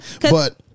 But-